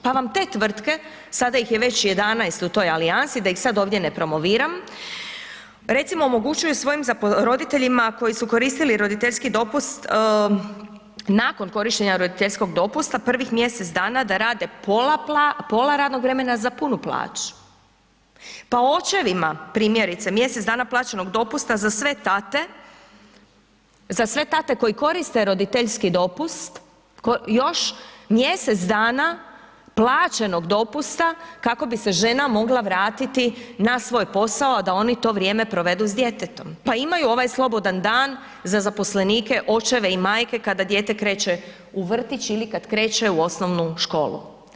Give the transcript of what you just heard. Pa vam te tvrtke, sada ih je već 11 u toj alijansi, da ih sad ovdje ne promoviram, recimo omogućuju svojim roditeljima koji su koristili roditeljski dopust nakon korištenja roditeljskog dopusta prvih mjesec dana da rade pola radnog vremena za punu plaću, pa očevima primjerice mjesec dana plaćenog dopusta za sve tate, za sve tate koji koriste roditeljski dopust još mjesec dana plaćenog dopusta kako bi se žena mogla vratiti na svoj posao, a da oni to vrijeme provedu s djetetom, pa imaju ovaj slobodan dan za zaposlenike očeve i majke kada dijete kreće u vrtić ili kad kreće u osnovnu školu.